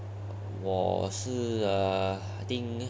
我是 err I think